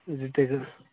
रिटेलमे